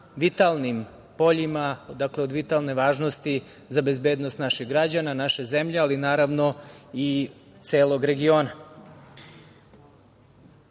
vitalnim poljima. Dakle, od vitalne važnosti za bezbednost naših građana, naše zemlje, ali naravno i celog regiona. Ono